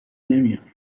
نمیایم